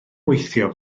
weithio